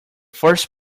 first